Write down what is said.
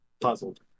puzzled